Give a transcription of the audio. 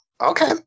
okay